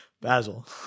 Basil